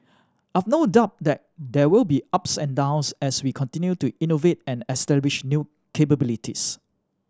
I've no doubt that there will be ups and downs as we continue to innovate and establish new capabilities